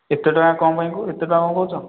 ଏତେ ଟଙ୍କା କ'ଣ ପାଇଁ କହୁ ଏତେ ଟଙ୍କା କ'ଣ କହୁଛ